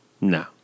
No